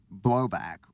blowback